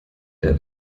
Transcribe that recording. der